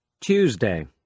Tuesday